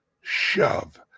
shove